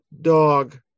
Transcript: dog